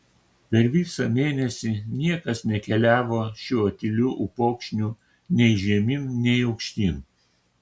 per visą mėnesį niekas nekeliavo šiuo tyliu upokšniu nei žemyn nei aukštyn